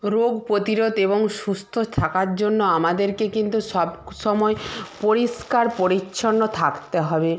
রোগ প্রতিরোধ এবং সুস্থ থাকার জন্য আমাদেরকে কিন্তু সব সময় পরিষ্কার পরিচ্ছন্ন থাকতে হবে